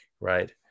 right